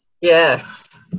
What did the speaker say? Yes